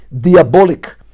diabolic